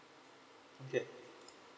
okay